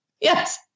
Yes